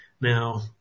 Now